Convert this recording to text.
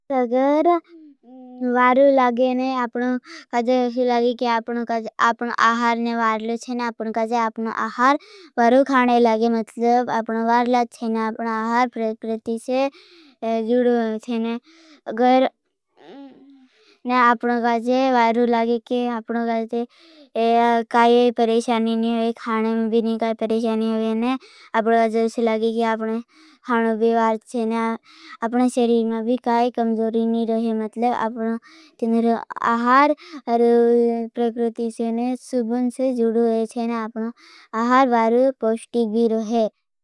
अगर वारु लागे ने आपण काजे ऐसी लागे की। आपण आहार ने वालू छ ना पूर्ण काजे। आपण आहार बारू खान लागे मतलब आपणू वाला छ ना। आपण आहार प्रकृति से जुड़ा हुआ छे ना। अगर हमन आपण काजे वारु लागे की। आपण काजे काई परेशानी नही होवे । खान मे भी नही काई परेशानी होवे ना। आपण काजल सी लगी की आपण खानो बेवार छे ना। आपणू शरीर मे भी काई कमजोरी नही रही। मतलब आपण जीन का आहार और प्रकृति से ने शुभन से जुड़ा हुआ छे। ना आपण आहार वारु पौष्टिक भी रहे।